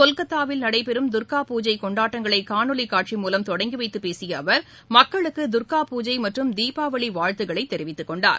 கொல்கத்தாவில் நடைபெறும் தர்கா பூஜை கொண்டாட்டங்களை காணொளி காட்சி மூலம் தொடங்கிவைத்து பேசிய அவர் மக்களுக்கு தர்கா பூஜை மற்றும் தீபாவளி வாழ்த்துக்களை தெரிவித்துக்கொண்டார்